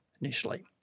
initially